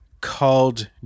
called